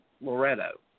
Loretto